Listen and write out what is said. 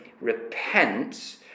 repent